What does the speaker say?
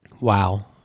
Wow